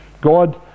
God